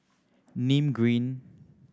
Nim Green